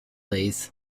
lathe